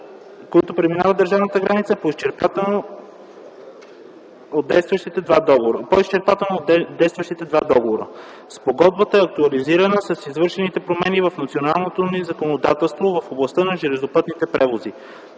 които преминават държавната граница, по-изчерпателно от действащите два договора. Спогодбата е актуализирана с извършените промени в националното ни законодателството в областта на железопътните превози.